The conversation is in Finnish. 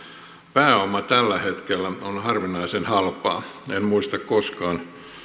pääoma tällä hetkellä on harvinaisen halpaa en muista sen koskaan